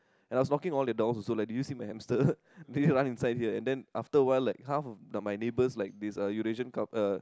and I was knocking all the doors like did you see my hamster did it run inside here then after a while like some of my neighbour like this Eurasian couple uh